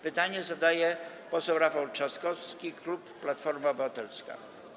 Pytanie zadaje poseł Rafał Trzaskowski, klub Platforma Obywatelska.